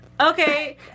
okay